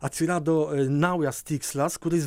atsirado naujas tikslas kuris